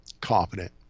competent